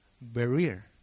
barrier